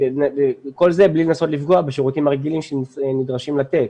וכל זה בלי לנסות לפגוע בשירותים הרגילים שנדרשים לתת,